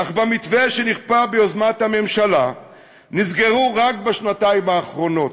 אך במתווה שנכפה ביוזמת הממשלה נסגרו רק בשנתיים האחרונות,